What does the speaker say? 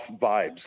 vibes